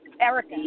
Erica